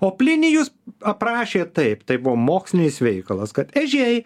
o plinijus aprašė taip tai buvo mokslinis veikalas kad ežiai